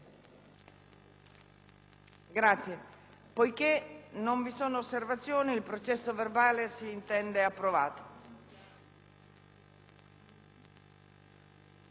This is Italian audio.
Grazie